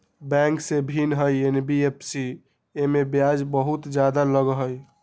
Bank से भिन्न हई एन.बी.एफ.सी इमे ब्याज बहुत ज्यादा लगहई?